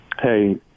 Hey